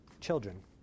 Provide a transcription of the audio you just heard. children